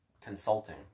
consulting